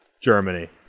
Germany